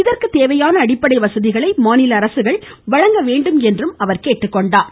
இதற்கு தேவையான அடிப்படை வசதிகளை மாநில அரசுகள் வழங்க வேண்டும் என்று கேட்டுக்கொண்டார்